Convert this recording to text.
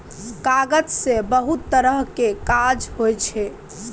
कागज सँ बहुत तरहक काज होइ छै